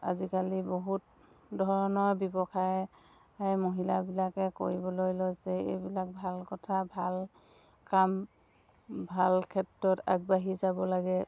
আজিকালি বহুত ধৰণৰ ব্যৱসায় মহিলাবিলাকে কৰিবলৈ লৈছে এইবিলাক ভাল কথা ভাল কাম ভাল ক্ষেত্ৰত আগবাঢ়ি যাব লাগে